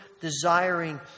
desiring